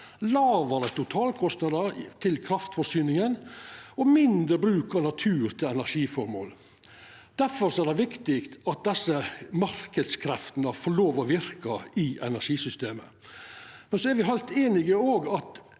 lågare totalkostnader til kraftforsyninga og mindre bruk av natur til ener giføremål. Difor er det viktig at desse marknadskreftene får lov til å verka i energisystemet. Me er også heilt einige om